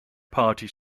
party